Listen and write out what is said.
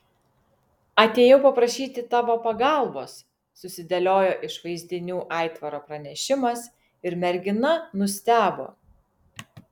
atėjau paprašyti tavo pagalbos susidėliojo iš vaizdinių aitvaro pranešimas ir mergina nustebo